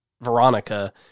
Veronica